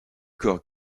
corps